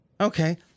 Okay